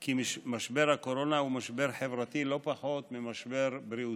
כי משבר הקורונה הוא משבר חברתי לא פחות משהוא משבר בריאותי.